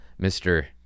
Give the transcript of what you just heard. Mr